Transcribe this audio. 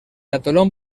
atolón